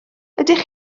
ydych